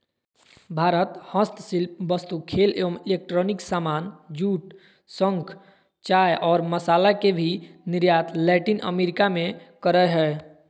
भारत हस्तशिल्प वस्तु, खेल एवं इलेक्ट्रॉनिक सामान, जूट, शंख, चाय और मसाला के भी निर्यात लैटिन अमेरिका मे करअ हय